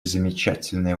замечательные